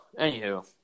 anywho